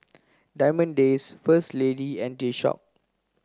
Diamond Days First Lady and G Shock